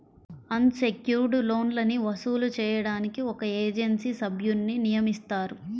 అన్ secured లోన్లని వసూలు చేయడానికి ఒక ఏజెన్సీ సభ్యున్ని నియమిస్తారు